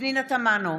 פנינה תמנו,